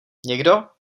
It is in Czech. někdo